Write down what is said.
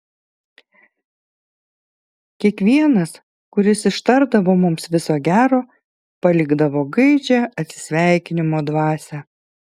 kiekvienas kuris ištardavo mums viso gero palikdavo gaižią atsisveikinimo dvasią